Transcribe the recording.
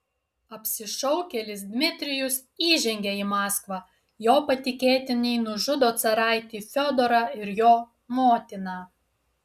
apsišaukėlis dmitrijus įžengia į maskvą jo patikėtiniai nužudo caraitį fiodorą ir jo motiną